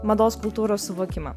mados kultūros suvokimą